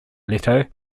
leto